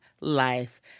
life